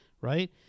right